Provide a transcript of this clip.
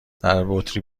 دربطری